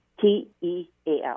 T-E-A-L